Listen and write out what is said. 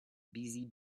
busy